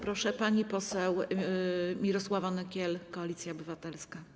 Pani poseł Mirosława Nykiel, Koalicja Obywatelska.